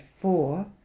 four